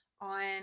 on